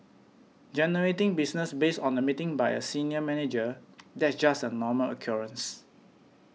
generating business based on a meeting by a senior manager that's just a normal occurrence